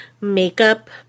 makeup